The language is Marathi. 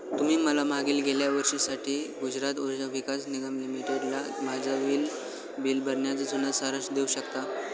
तुम्ही मला मागील गेल्या वर्षीसाठी गुजरात उर्जा विकास निगम लिमिटेडला माझ्या वीज बिल भरण्याचा जुना सारांश देऊ शकता